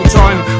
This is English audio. time